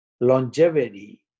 longevity